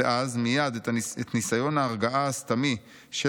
ואז מייד את ניסיון ההרגעה הסתמי של